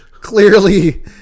clearly